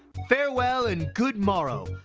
farewell and good morrow.